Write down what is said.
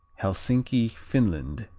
helsinki, finland,